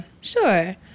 Sure